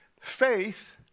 Faith